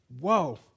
Whoa